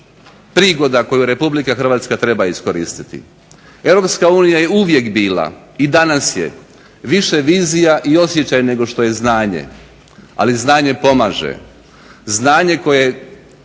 prigoda koju Republika Hrvatska treba iskoristiti. Europska unija je uvijek bila i danas je više vizija i osjećaj nego što je znanje. Ali znanje pomaže. Znanje koje